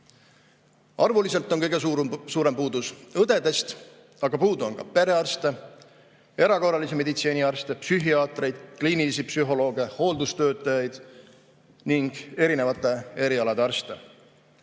Arvuliselt on kõige suurem puudus õdedest, aga puudu on ka perearste, erakorralise meditsiini arste, psühhiaatreid, kliinilisi psühholooge, hooldustöötajaid ning erinevate erialade arste.